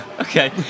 okay